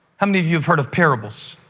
how many of you have heard of parables?